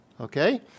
Okay